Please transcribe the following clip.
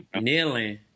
kneeling